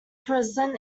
present